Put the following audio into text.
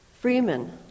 Freeman